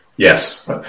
Yes